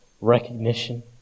Recognition